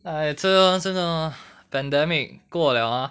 !aiya! 这个真的 pandemic 过 liao ah